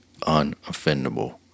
unoffendable